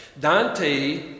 Dante